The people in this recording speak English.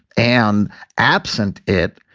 and absent it,